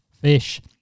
fish